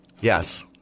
Yes